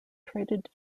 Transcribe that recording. traded